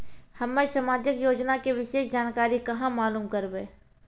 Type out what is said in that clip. हम्मे समाजिक योजना के विशेष जानकारी कहाँ मालूम करबै?